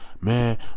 Man